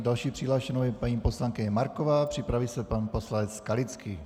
Další přihlášenou je paní poslankyně Marková, připraví se pan poslanec Skalický.